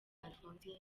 alphonsine